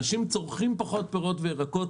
אנשים צורכים פחות פירות וירקות.